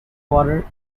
water